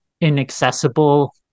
inaccessible